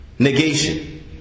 Negation